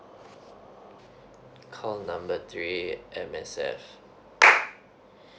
call number three M_S_F